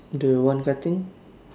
the one cutting